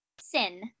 sin